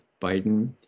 Biden